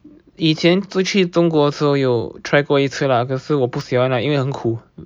以前出去中国时我有 try 过一次啦可是我不喜欢 lah 因为很苦